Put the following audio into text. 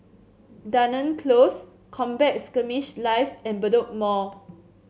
Dunearn Close Combat Skirmish Live and Bedok Mall